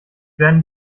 werden